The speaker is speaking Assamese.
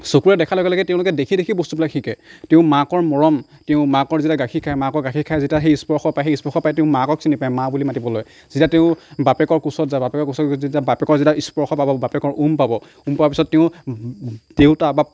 চকুৰে দেখাৰ লগে লগে তেওঁলোকে দেখি দেখিয়ে বস্তুবিলাক শিকে তেওঁৰ মাকৰ মৰম তেওঁ মাকৰ যেতিয়া গাখীৰ খাই মাকৰ গাখীৰ খাই যেতিয়া সেই স্পৰ্শ পায় তেতিয়া সেই স্পৰ্শ পাই তেওঁ মাকক চিনি পায় মা বুলি মাতিব লয় যেতিয়া তেওঁ বাপেকৰ কোচত যায় বাপেকৰ কোচত গৈ যেতিয়া বাপেকৰ যেতিয়া স্পৰ্শ পাব বাপেকৰ উম পাব উম পোৱাৰ পাছত তেওঁ দেউতা বা